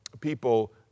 people